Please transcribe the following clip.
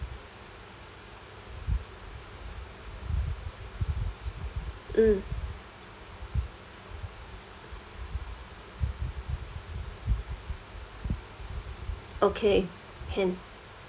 mm okay can